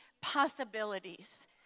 possibilities